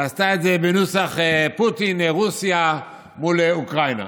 עשתה בנוסח פוטין, רוסיה מול אוקראינה,